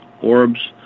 orbs